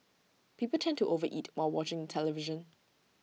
people tend to overeat while watching the television